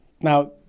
Now